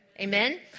Amen